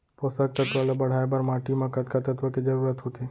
पोसक तत्व ला बढ़ाये बर माटी म कतका तत्व के जरूरत होथे?